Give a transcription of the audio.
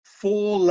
four